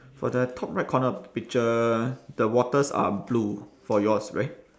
for the top right corner of the picture the waters are blue for yours right